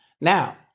Now-